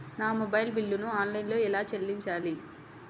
నా మొబైల్ బిల్లును ఆన్లైన్లో ఎలా చెల్లించాలి?